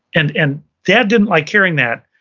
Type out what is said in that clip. and and dad didn't like hearing that,